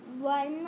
One